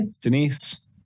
denise